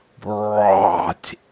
brought